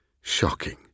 shocking